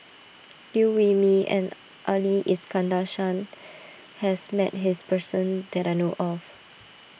Liew Wee Mee and Ali Iskandar Shah has met his person that I know of